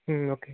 ம் ஓகே